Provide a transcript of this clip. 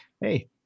Hey